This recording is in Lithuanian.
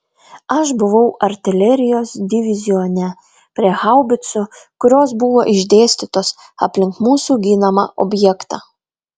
aš buvau artilerijos divizione prie haubicų kurios buvo išdėstytos aplink mūsų ginamą objektą